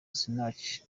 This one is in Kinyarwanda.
sinach